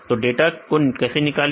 तो डाटा को कैसे निकाले